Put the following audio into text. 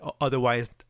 otherwise